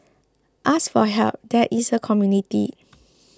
ask for help there is a community